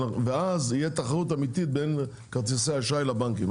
אז תהיה תחרות אמיתית בין חברות כרטיסי אשראי לבנקים.